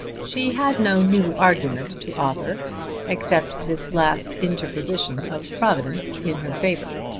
she had no new argument to offer except this last interposition of providence in her favour.